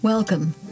Welcome